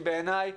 כי בעיניי